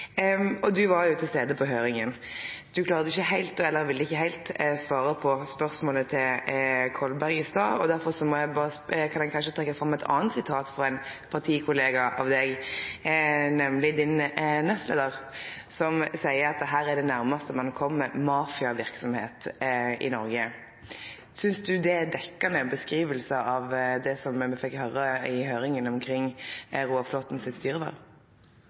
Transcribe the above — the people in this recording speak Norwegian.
Giske. Du var jo til stades på høringa. Du ville ikkje heilt svare på spørsmålet til Kolberg i stad, derfor kan eg kanskje trekkje fram eit anna sitat frå ein partikollega av deg, nemleg din nestleiar, som seier at dette er det nærmaste ein kjem mafiaverksemd i Noreg. Synest du det er ei dekkjande beskriving av det me fekk høyre i høyringa om Roar Flåthen sitt styreverv? Presidenten vil få kommentere at det er